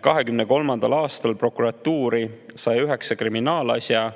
2023. aastal prokuratuurile 109 kriminaalasja